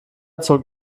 zog